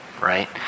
right